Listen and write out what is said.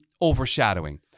overshadowing